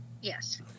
Yes